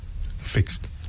fixed